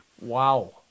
Wow